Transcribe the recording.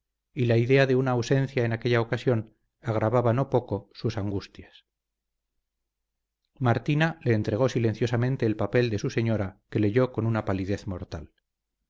y la idea de una ausencia en aquella ocasión agravaba no poco sus angustias martina le entregó silenciosamente el papel de su señora que leyó con una palidez mortal